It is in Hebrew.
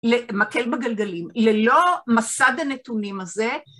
למקל בגלגלים, ללא מסד הנתונים הזה.